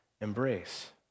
embrace